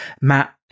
Matt